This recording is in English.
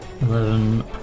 eleven